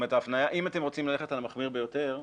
אם אתם רוצים ללכת על המחמיר ביותר,